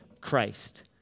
Christ